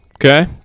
Okay